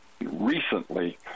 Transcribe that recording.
recently